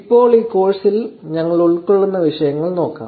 ഇപ്പോൾ ഈ കോഴ്സിൽ ഞങ്ങൾ ഉൾക്കൊള്ളുന്ന വിഷയങ്ങൾ നോക്കാം